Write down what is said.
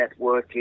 networking